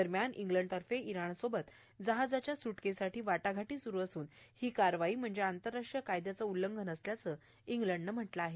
दरम्यानं इंग्लंडतर्फे इरानसोबत जहाच्या सुटकेसाठी वाटाघाटी सुरू असून ही कारवाई म्हणजे आंतरराष्ट्रीय कायद्याचं उल्लंघन असल्याचं इंग्लंडनं म्हटलं आहे